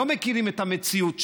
לא מכירים את המציאות שם,